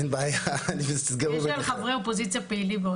יש לנו חברי אופוזיציה פעילים.